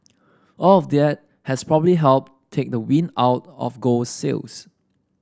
all of there has probably helped take the wind out of gold sails